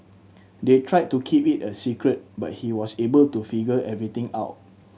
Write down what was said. they tried to keep it a secret but he was able to figure everything out